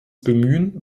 bemühen